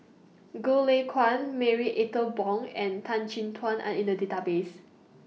Goh Lay Kuan Marie Ethel Bong and Tan Chin Tuan Are in The Database